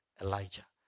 Elijah